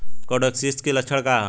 Coccidiosis के लक्षण का ह?